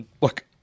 look